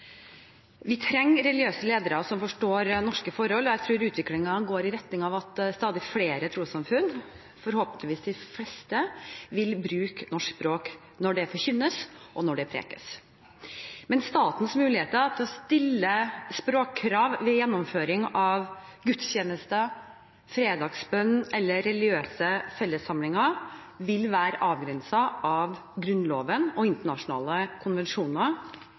Vi trenger religiøse ledere som forstår norske forhold, og jeg tror utviklingen går i retning av at stadig flere trossamfunn, forhåpentligvis de fleste, vil bruke norsk språk når det forkynnes, og når det prekes. Men statens muligheter til å stille språkkrav ved gjennomføring av gudstjenester, fredagsbønn eller religiøse fellessamlinger vil være avgrenset av Grunnlovens og internasjonale